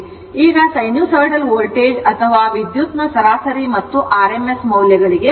ಈಗ sinusoidal voltage ಅಥವಾ ಪ್ರವಾಹದ ಸರಾಸರಿ ಮತ್ತು rms ಮೌಲ್ಯಗಳಿಗೆ ಬನ್ನಿ